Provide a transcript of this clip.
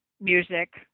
music